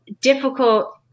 difficult